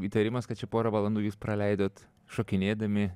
įtarimas kad čia pora valandų jūs praleidot šokinėdami